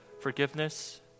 forgiveness